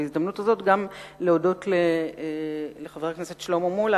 ובהזדמנות הזאת גם להודות לחבר הכנסת שלמה מולה